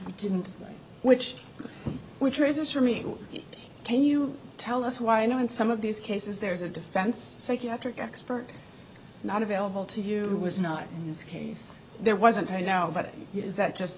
make didn't which which raises for me can you tell us why knowing some of these cases there is a defense psychiatric expert not available to you was not in this case there wasn't a now but is that just